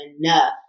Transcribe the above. enough